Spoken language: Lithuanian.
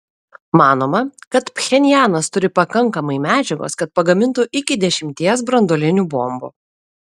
manoma kad pchenjanas turi pakankamai medžiagos kad pagamintų iki dešimties branduolinių bombų